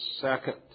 second